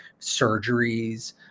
surgeries